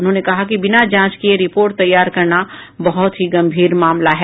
उन्होंने कहा कि बिना जांच किये रिपोर्ट तैयार करना बहुत ही गंभीर मामला है